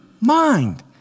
mind